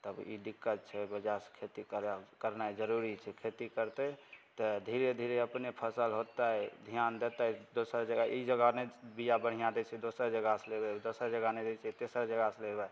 तब ई दिक्कत छै ओइ वजहसँ खेती करय करनाइ जरुरी छै खेती करतइ तऽ धीरे धीरे अपने फसल होतय ध्यान देतय दोसर जगह ई जगह नहि देतै बीया बढ़िआँ दै छै दोसर जगहसँ लेबय दोसर जगह नहि दै छै तेसर जगहसँ लेबय